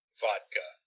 vodka